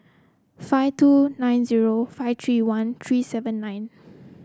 five two nine zero five three one three seven nine